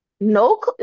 no